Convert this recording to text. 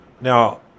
Now